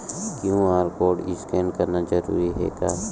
QR code scan करना जरूरी हे का?